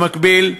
במקביל,